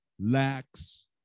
lacks